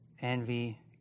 Envy